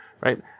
right